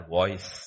voice